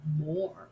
more